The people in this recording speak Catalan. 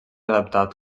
adaptat